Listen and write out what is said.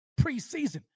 preseason